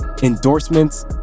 endorsements